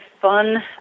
fun